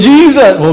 Jesus